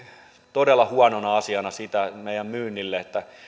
todella huonona asiana sitä meidän myynnillemme että